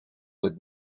with